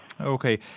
Okay